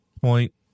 point